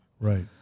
Right